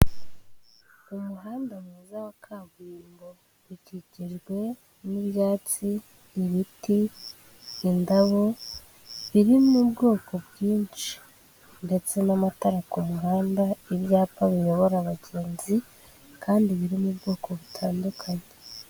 Umuhanda mwiza wa kaburimbo, ukikijwe n'ibyatsi, ibiti, indabo biri mu ubwoko bwinshi ndetse n'amatara ku muhanda, ibyapa biyobora abagenzi kandi biri mu bwoko butandukanye.